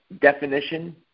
definition